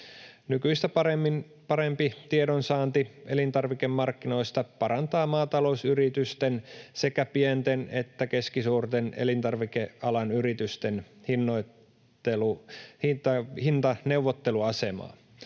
Nykyistä parempi tiedonsaanti elintarvikemarkkinoista parantaa maatalousyritysten ja sekä pienten että keskisuurten elintarvikealan yritysten hintaneuvotteluasemaa.